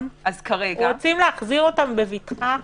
רוצים להחזיר אותם בבטחה?